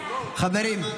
חברים.